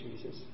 Jesus